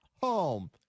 home